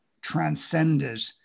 transcended